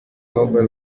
mobile